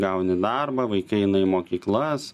gauni darbą vaikai eina į mokyklas